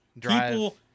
People